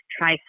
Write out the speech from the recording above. try